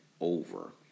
over